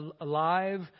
alive